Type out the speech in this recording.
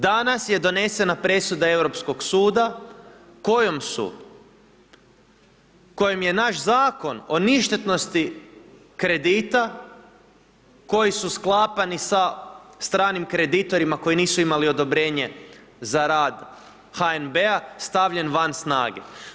Danas je donesena presuda Europskog suda kojom su, kojom je naš Zakon o ništetnosti kredita koji su sklapani sa stranim kreditorima koji nisu imali odobrenje za rad HNB-a stavljen van snage.